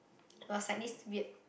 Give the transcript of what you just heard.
it was like this weird